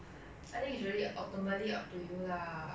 ya lor 看你要做什么 lor in the future